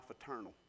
Eternal